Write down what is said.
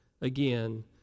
again